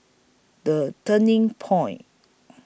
The Turning Point